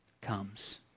comes